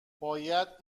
باید